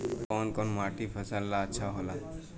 कौन कौनमाटी फसल ला अच्छा होला?